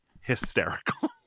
hysterical